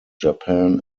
japan